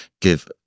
give